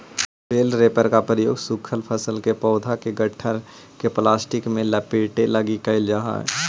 बेल wrapper के प्रयोग सूखल फसल के पौधा के गट्ठर के प्लास्टिक में लपेटे लगी कईल जा हई